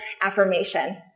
affirmation